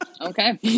Okay